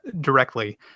directly